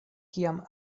kiam